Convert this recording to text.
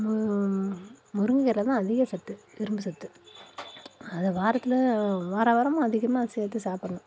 முருங்கைக் கீரை தான் அதிகம் சத்து இரும்பு சத்து அதை வாரத்தில் வாரம் வாரமும் அதிகமாக சேர்த்து சாப்பிடுவோம்